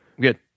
good